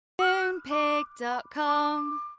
Moonpig.com